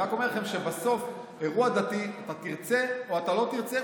אני רק אומר לכם שבסוף אירוע דתי יקרה בין שתרצה ובין שלא תרצה,